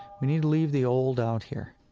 we need to leave the old out here